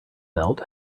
belt